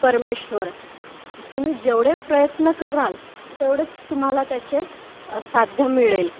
परमेश्वर तुम्ही जेवढे प्रयत्न कराल तेवढेच तुम्हाला त्याचे साध्य मिळेल